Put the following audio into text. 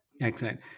Excellent